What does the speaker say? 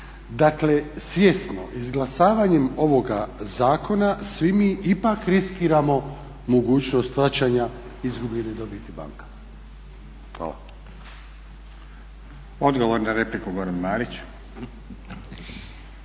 Dakle, svjesno izglasavanjem ovoga zakona svi mi ipak riskiramo mogućnost vraćanja izgubljene dobiti bankama. Hvala. **Stazić, Nenad